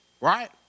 Right